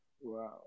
Wow